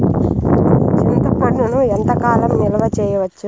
చింతపండును ఎంత కాలం నిలువ చేయవచ్చు?